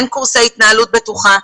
אין קורסי התנהלות בטוחה,